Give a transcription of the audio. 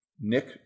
Nick